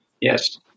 Yes